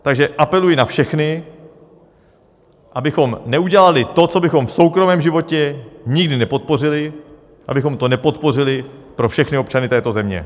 Takže apeluji na všechny, abychom neudělali to, co bychom v soukromém životě nikdy nepodpořili, abychom to nepodpořili pro všechny občany této země.